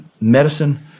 medicine